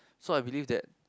so I believe that